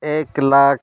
ᱮᱠ ᱞᱟᱠᱷ